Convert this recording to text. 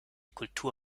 kultur